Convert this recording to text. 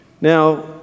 Now